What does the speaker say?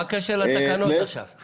מה הקשר לתקנות שאנחנו עוסקים בהן עכשיו?